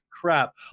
crap